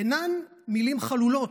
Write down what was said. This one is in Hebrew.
אינן מילים חלולות.